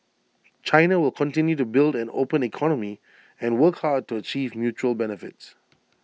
China will continue to build an open economy and work hard to achieve mutual benefits